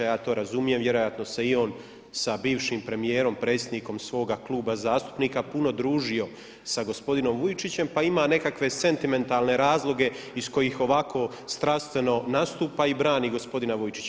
Ja to razumijem, vjerojatno se i on sa bivšim premijerom, predsjednikom svoga kluba zastupnika puno družio sa gospodinom Vujčićem, pa ima nekakve sentimentalne razloge iz kojih ovako strastveno nastupa i brani gospodina Vujčića.